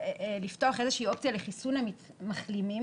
מנות החיסון.